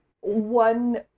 one